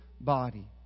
body